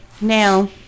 now